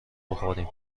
بخوریم